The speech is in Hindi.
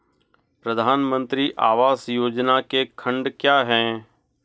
प्रधानमंत्री आवास योजना के खंड क्या हैं?